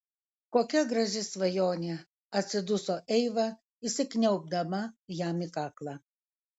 kokia graži svajonė atsiduso eiva įsikniaubdama jam į kaklą